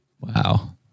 Wow